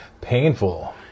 painful